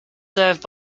served